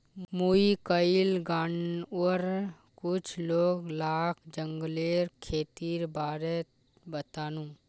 मुई कइल गांउर कुछ लोग लाक जंगलेर खेतीर बारे बतानु